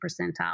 percentile